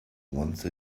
once